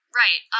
right